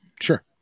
Sure